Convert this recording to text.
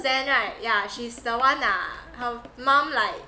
jen right yeah she's the one ah her mom like